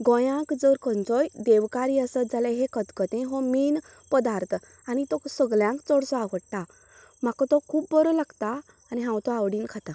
गोंयाक जर खंयचोय देवकार्य आसता जाल्यार हे खतखतें हो मेन पदार्थ आनी तो सगळ्यांक चडसो आवडटा म्हाका तो खूब बरो लागता आनी हांव तो आवडीन खाता